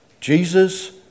Jesus